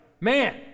Man